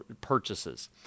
purchases